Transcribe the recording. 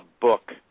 book